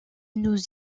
nous